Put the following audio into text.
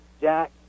Jack